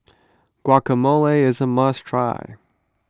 Guacamole is a must try